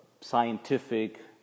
scientific